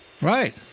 Right